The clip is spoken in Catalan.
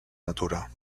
natura